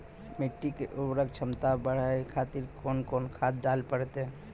मिट्टी के उर्वरक छमता बढबय खातिर कोंन कोंन खाद डाले परतै?